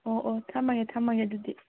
ꯑꯣ ꯑꯣ ꯊꯝꯃꯒꯦ ꯊꯝꯃꯒꯦ ꯑꯗꯨꯗꯤ